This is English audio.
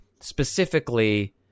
specifically